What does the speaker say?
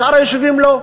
בשאר היישובים לא.